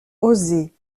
oser